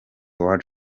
word